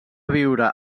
viure